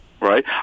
Right